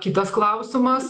kitas klausimas